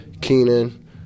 Keenan